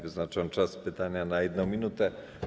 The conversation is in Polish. Wyznaczam czas pytania na 1 minutę.